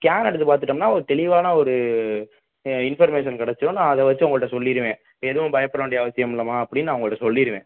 scan எடுத்து பார்த்துட்டோம்னா ஒரு தெளிவான ஒரு இன்ஃபர்மேஷன் கெடைச்சிடும் நான் அதை வச்சு உங்கள்கிட்ட சொல்லிவிடுவேன் எதுவும் பயப்பட வேண்டிய அவசியம் இல்லைம்மா அப்படின்னு நான் உங்கள்கிட்ட சொல்லிவிடுவேன்